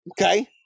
Okay